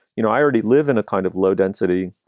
you know, i already live in a kind of low density